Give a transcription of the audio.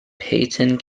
payton